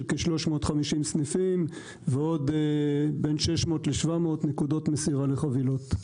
כ-350 סניפים ועוד בין 600 ל-700 נקודות מסירה לחבילות.